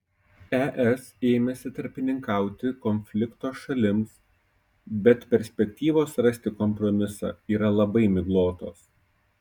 es ėmėsi tarpininkauti konflikto šalims bet perspektyvos rasti kompromisą yra labai miglotos